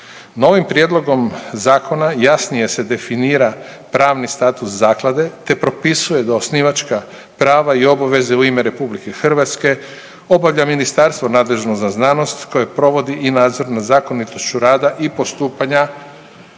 Novim prijedlogom zakona jasnije se definira pravni status zaklade te propisuje da osnivačka prava i obaveze u ime RH obavlja ministarstvo nadležno za znanost koje provodi i nadzor nad zakonitošću rada i postupanja